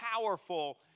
powerful